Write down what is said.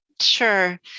Sure